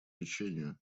лечению